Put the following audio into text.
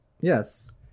Yes